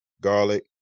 garlic